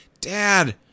Dad